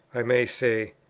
i may say,